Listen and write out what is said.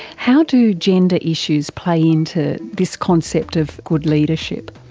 how do gender issues play into this concept of good leadership?